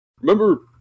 remember